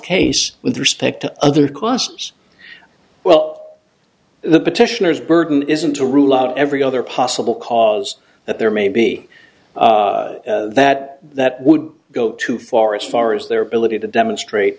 case with respect to other costs well the petitioners burden isn't to rule out every other possible cause that there may be that that would go too far as far as their ability to demonstrate